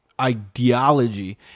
ideology